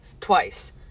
twice